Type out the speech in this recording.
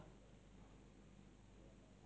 mm 你要买什么